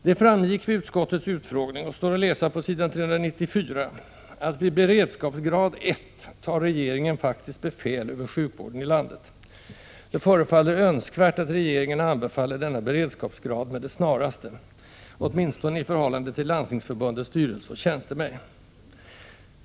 Det framgick vid utskottets utfrågning — och står att läsa på s. 394 — att vid ”beredskapsgrad 1” tar regeringen faktiskt befäl över sjukvården i landet. Det förefaller önskvärt att regeringen anbefaller denna beredskapsgrad med det snaraste, åtminstone i förhållande till Landstingsförbundets styrelse och tjänstemän.